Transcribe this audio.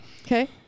Okay